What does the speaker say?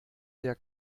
sehr